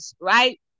right